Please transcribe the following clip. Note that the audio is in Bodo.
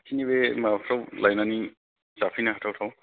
खाथिनि बे माबाफ्राव लायनानै जाफैनो हाथावथाव